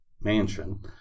mansion